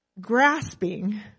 grasping